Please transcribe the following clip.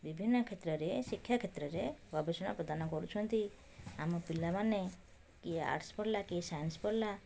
ବିଭିନ୍ନ କ୍ଷେତ୍ରରେ ଶିକ୍ଷା କ୍ଷେତ୍ରରେ ଗବେଷଣା ପ୍ରଦାନ କରୁଛନ୍ତି ଆମ ପିଲାମାନେ କିଏ ଆର୍ଟ୍ସ ପଢ଼ିଲା କିଏ ସାଇନ୍ସ ପଢ଼ିଲା